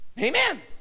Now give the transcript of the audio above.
Amen